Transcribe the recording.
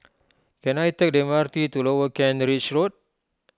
can I take the M R T to Lower Kent Ridge Road